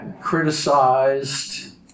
criticized